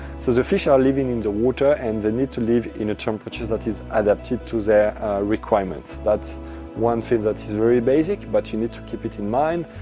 so the fish are living in the water, and they need to live in a temperature that is adapted to their requirements. that's one thing that's very basic, but you need to keep it in mind.